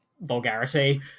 vulgarity